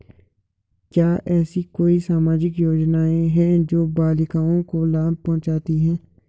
क्या ऐसी कोई सामाजिक योजनाएँ हैं जो बालिकाओं को लाभ पहुँचाती हैं?